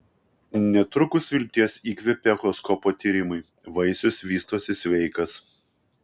netrukus vilties įkvėpė echoskopo tyrimai vaisius vystosi sveikas